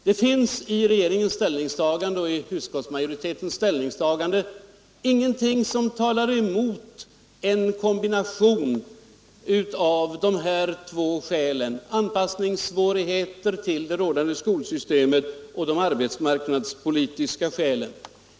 Det finns i regeringens och utskottsmajoritetens ställningstagande ingenting som talar emot en kombination av dessa två faktorer — svårigheter vid anpassning till det rådande skolsystemet och arbetsmarknadsmässiga förhållanden.